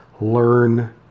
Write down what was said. learn